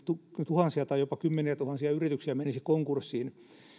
tuhansia tai jopa kymmeniätuhansia yrityksiä menisi konkurssiin